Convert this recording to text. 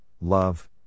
love